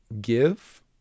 give